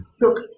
Look